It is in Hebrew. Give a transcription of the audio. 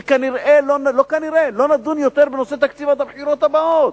שלא נדון יותר בנושא התקציב עד הבחירות הבאות.